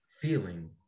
feeling